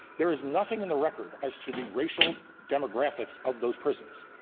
there is nothing in the record as to the racial demographics of those prisons.